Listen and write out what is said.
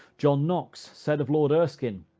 john knox said of lord erskine,